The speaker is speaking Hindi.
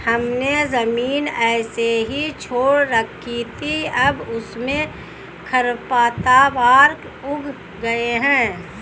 हमने ज़मीन ऐसे ही छोड़ रखी थी, अब उसमें खरपतवार उग गए हैं